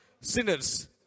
sinners